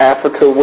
Africa